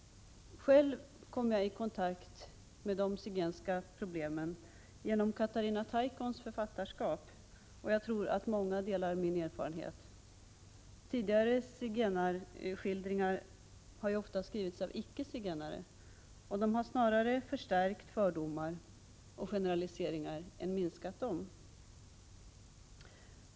Själv kom jag i kontakt med de zigenska problemen genom Katarina Taikons författarskap — och jag tror att många delar den erfarenheten med mig. Tidigare zigenarskildringar har oftast skrivits av icke-zigenare. Dessa skildringar har snarare förstärkt fördomar och generaliseringar än minskat dem.